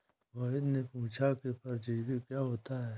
मोहित ने पूछा कि परजीवी क्या होता है?